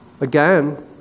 again